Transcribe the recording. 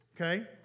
okay